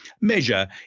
measure